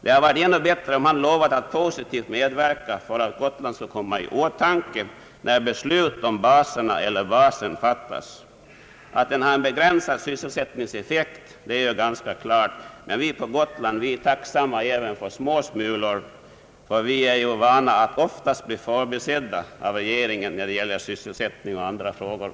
Det hade varit ännu bättre om statsrådet hade lovat att positivt verka för att Gotland skulle komma i åtanke när beslut om basen eller baserna fattas. Att denna verksamhet får begränsad sysselsättningseffekt är ganska klart, men vi på Gotland är tacksamma även för små smulor. Vi är ju vana vid att oftast bli förbisedda av regeringen när det gäller sysselsättning och andra frågor.